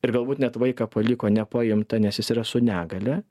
ir galbūt net vaiką paliko nepaimtą nes jis yra su negalia